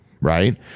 Right